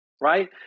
right